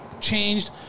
changed